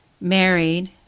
married